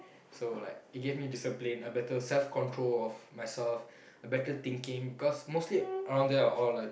so like it gave me discipline a better self control of myself a better thinking because mostly around there are all like